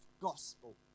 Gospel